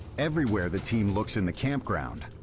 everywhere the team looks in the campground,